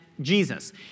Jesus